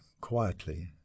quietly